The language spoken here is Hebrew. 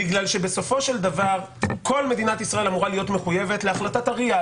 בגלל שבסופו של דבר כל מדינת ישראל אמורה להיות מחויבת להחלטת ה-RIA,